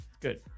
good